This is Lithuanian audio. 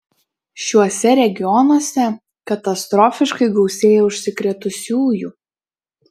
šiuose regionuose katastrofiškai gausėja užsikrėtusiųjų